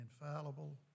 infallible